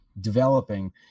developing